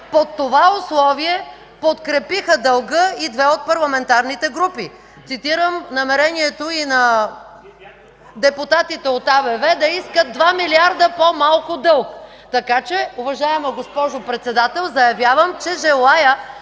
Под това условие подкрепиха дълга и две от парламентарните групи, цитирам намерението и на депутатите от АБВ да искат 2 милиарда по-малко дълг. Така че, уважаема госпожо Председател, заявявам, че желая